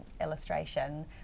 illustration